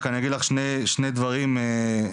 אני אגיד לך שני דברים סיגל.